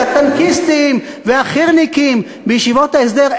את הטנקיסטים והחי"רניקים בישיבות ההסדר.